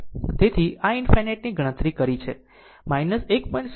તેથી i ∞ ની ગણતરી કરી છે 1